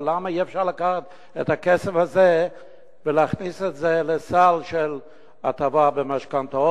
ולמה אי-אפשר לקחת את הכסף הזה ולהכניס את זה לסל של הטבה במשכנתאות,